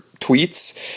tweets